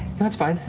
and it's fine,